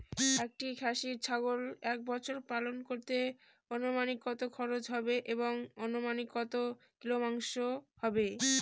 একটি খাসি ছাগল এক বছর পালন করতে অনুমানিক কত খরচ হবে এবং অনুমানিক কত কিলোগ্রাম মাংস হবে?